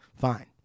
fine